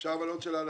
אפשר עוד שאלה לחבר?